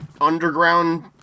underground